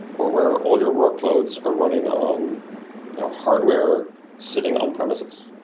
or where all your workloads are running on hardware sitting on premises.